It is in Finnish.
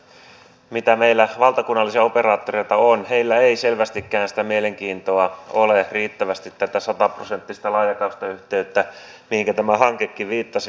näillä valtakunnallisilla operaattoreilla mitä meillä on ei selvästikään sitä mielenkiintoa ole riittävästi tätä sataprosenttista laajakaistayhteyttä mihinkä tämä hankekin viittasi tuoda